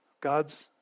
God's